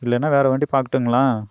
இல்லைன்னா வேற வண்டி பாக்கட்டுங்களா